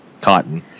cotton